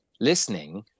listening